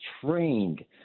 trained